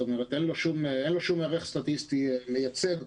אין לו שום ערך סטטיסטי מייצג,